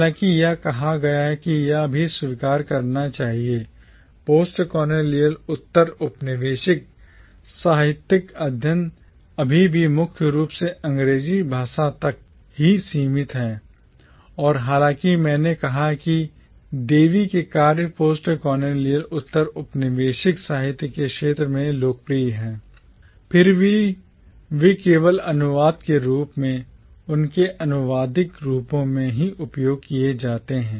हालाँकि यह कहा गया है कि यह भी स्वीकार करना चाहिए कि postcolonial उत्तर औपनिवेशिक साहित्यिक अध्ययन अभी भी मुख्य रूप से अंग्रेजी भाषा तक ही सीमित है और हालांकि मैंने कहा कि Devi's देवी के कार्य postcolonial उत्तर औपनिवेशि साहित्य के क्षेत्र में लोकप्रिय हैं फिर भी वे केवल अनुवाद के रूप में उनके अनुवादित रूपों में ही उपयोग किए जाते हैं